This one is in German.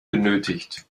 benötigt